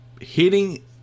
hitting